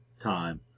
time